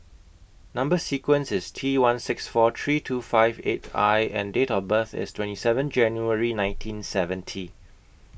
Number sequence IS T one six four three two five eight I and Date of birth IS twenty seven January nineteen seventy